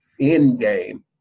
Endgame